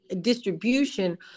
distribution